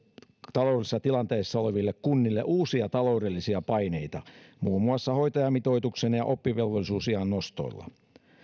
taloudellisessa tilanteessa oleville kunnille uusia taloudellisia paineita muun muassa hoitajamitoituksen ja oppivelvollisuusiän nostoilla